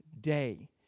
day